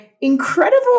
incredible